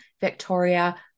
Victoria